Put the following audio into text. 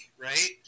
right